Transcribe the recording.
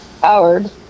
Howard